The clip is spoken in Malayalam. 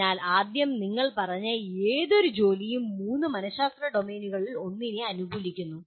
അതിനാൽ ആദ്യം നിങ്ങൾ പറഞ്ഞ ഏതൊരു ജോലിയും മൂന്ന് മനഃശാസ്ത്ര ഡൊമെയ്നുകളിൽ ഒന്നിനെ അനുകൂലിക്കുന്നു